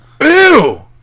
Ew